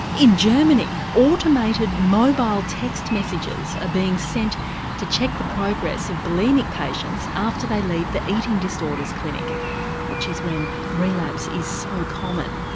in germany automated mobile text messages are being sent to check the progress of bulimic patients after they leave the eating disorders clinic which is when relapse is so common.